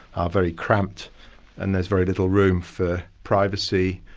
are very cramped and there's very little room for privacy,